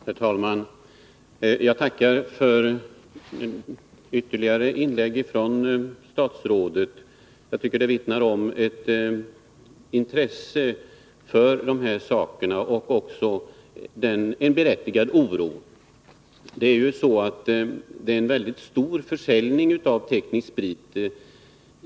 Herr talman! Jag tackar för dessa ytterligare kommentarer från statsrådet. Jag tycker de vittnar om ett intresse för de här problemen och också om en berättigad oro. Det förekommer en mycket omfattande försäljning av teknisk sprit.